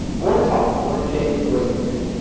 i want to talk. i want to change the way you think.